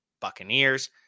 Buccaneers